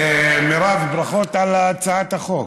מירב, ברכות על הצעת החוק.